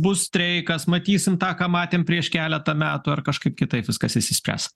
bus streikas matysim tą ką matėe prieš keletą metų ar kažkaip kitaip viskas išsispręs